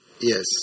Yes